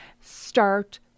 start